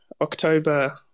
October